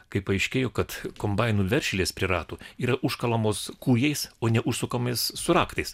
kai paaiškėjo kad kombainų veržlės prie ratų yra užkalamos kūjais o ne užsukamos su raktais